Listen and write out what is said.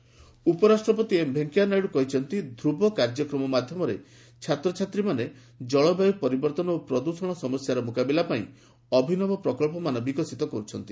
ନାଇଡୁ ଉପରାଷ୍ଟ୍ରପତି ଏମ୍ ଭେଙ୍କୟା ନାଇଡୁ କହିଛନ୍ତି ଧୁବ କାର୍ଯ୍ୟକ୍ରମ ମାଧ୍ୟମରେ ଛାତ୍ରଛାତ୍ରୀମାନେ ଜଳବାୟୁ ପରିବର୍ତ୍ତନ ଓ ପ୍ରଦୃଷଣ ସମସ୍ୟାର ମୁକାବିଲା ପାଇଁ ଅଭିନବ ପ୍ରକଳ୍ପମାନ ବିକଶିତ କରୁଛନ୍ତି